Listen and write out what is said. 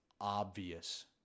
obvious